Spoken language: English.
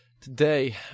today